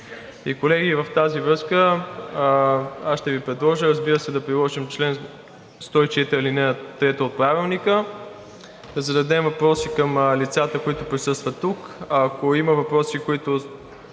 Колеги, в тази връзка аз ще Ви предложа, разбира се, да приложим чл. 104, ал. 3 от Правилника – да зададем въпроси към лицата, които присъстват тук, а ако има въпроси, които